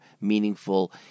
meaningful